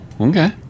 Okay